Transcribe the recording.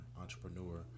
entrepreneur